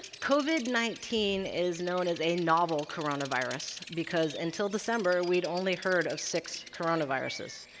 covid nineteen is known as a novel coronavirus because, until december, we'd only heard of six coronaviruses.